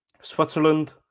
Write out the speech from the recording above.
Switzerland